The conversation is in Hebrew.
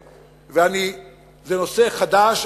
זה נושא חדש,